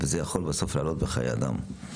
וזה יכול לעלות בחיי אדם.